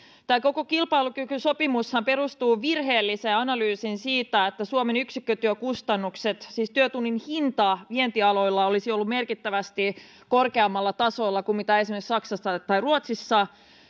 tämä koko kilpailukykysopimushan perustuu virheelliseen analyysiin siitä että suomen yksikkötyökustannukset siis työtunnin hinta vientialoilla olisivat olleet merkittävästi korkeammalla tasolla kuin esimerkiksi saksassa tai ruotsissa